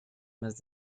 más